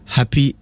Happy